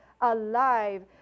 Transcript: alive